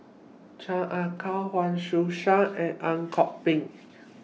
Chan Ah Kow Huang Shiqi Joan and Ang Kok Peng